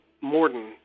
Morden